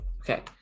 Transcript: Okay